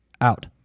out